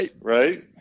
Right